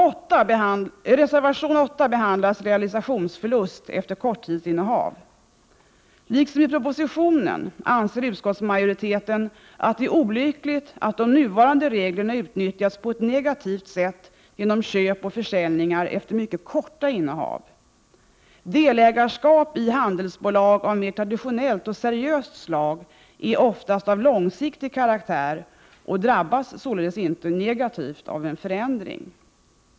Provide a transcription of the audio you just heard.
I reservation 8 behandlas realisationsförlust efter korttidsinnehav. Liksom propositionen anser utskottsmajoriteten att det är olyckligt att de nuvarande reglerna utnyttjas på ett negativt sätt, genom köp och försäljningar efter mycket kort innehav. Delägarskap i handelsbolag av mer traditionellt och seriöst slag är oftast av långsiktig karaktär och drabbas således inte negativt av en förändring.